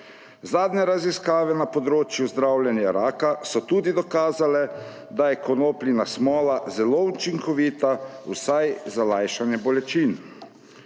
Zadnje raziskave na področju zdravljenja raka so tudi dokazale, da je konopljina smola zelo učinkovita vsaj za lajšaje bolečin.